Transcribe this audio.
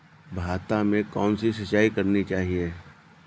भाता में कौन सी सिंचाई करनी चाहिये?